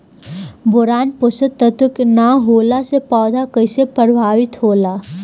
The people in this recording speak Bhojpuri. बोरान पोषक तत्व के न होला से पौधा कईसे प्रभावित होला?